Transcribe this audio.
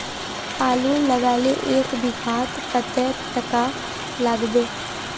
आलूर लगाले एक बिघात कतेक टका लागबे?